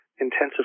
intensive